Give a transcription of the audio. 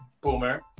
Boomer